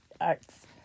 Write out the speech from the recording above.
arts